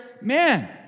man